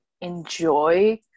enjoy